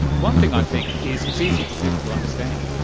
one thing i think is it's easier for people to understand.